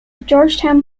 georgetown